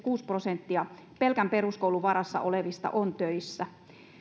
kuusi prosenttia pelkän peruskoulun varassa olevista on töissä